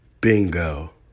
Bingo